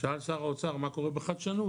שאל שר האוצר מה קורה בחדשנות,